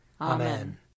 Amen